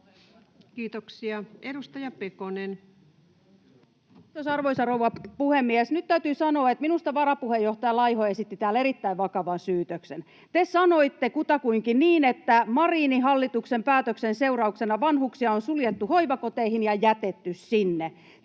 Time: 19:07 Content: Kiitos, arvoisa rouva puhemies! Nyt täytyy sanoa, että minusta varapuheenjohtaja Laiho esitti täällä erittäin vakavan syytöksen. Te sanoitte kutakuinkin niin, että Marinin hallituksen päätöksen seurauksena vanhuksia on suljettu hoivakoteihin ja jätetty sinne.